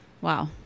Wow